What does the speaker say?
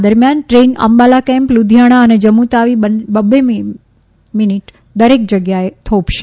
આ દરમિયાન train Ambala camp Ludhiana અને જમ્મુ તાવી બબ્બે મિનિટ દરેક જગ્યાએ થોભશે